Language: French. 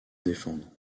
défendre